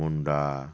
Hooda